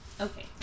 Okay